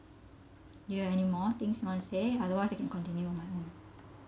do you have anymore things you want to say otherwise I can continue on my own